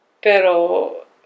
Pero